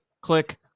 click